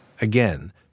Again